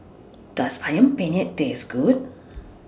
Does Ayam Penyet Taste Good